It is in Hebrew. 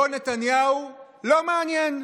לא נתניהו, לא מעניין.